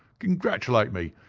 congratulate me!